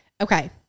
Okay